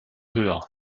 höher